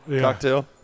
cocktail